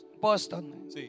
Boston